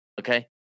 okay